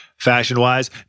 Fashion-wise